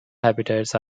habitats